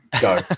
go